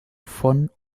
von